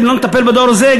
אם לא נטפל בדור הזה,